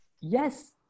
yes